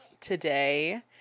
today